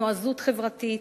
נועזות חברתית,